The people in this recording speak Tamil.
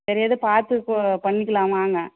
சரி எதும் பார்த்து பண்ணிக்கலாம் வாங்க